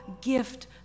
gift